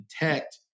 detect